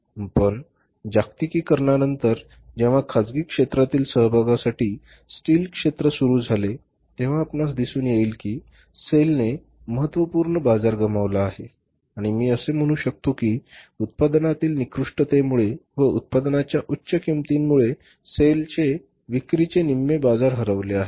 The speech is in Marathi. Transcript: पण जागतिकीकरणानंतर जेव्हा खासगी क्षेत्रातील सहभागासाठी स्टील क्षेत्र सुरू झाले तेव्हा आपणास दिसून येईल की सेलने महत्त्वपूर्ण बाजार गमावला आहे आणि मी असे म्हणू शकतो की उत्पादनातील निकृष्टतेमुळे व उत्पादनाच्या उच्च किंमतीमुळे सेलचे विक्रीचे निम्मे बाजार हरवले आहेत